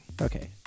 okay